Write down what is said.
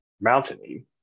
mountainy